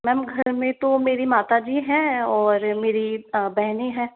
ma'am घर में तो मेरी माता जी हैं और मेरी बहनें हैं